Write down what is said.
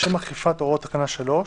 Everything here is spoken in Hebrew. לשם אכיפת הוראות תקנה 3,